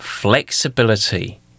flexibility